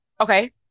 okay